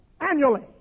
annually